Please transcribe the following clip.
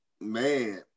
man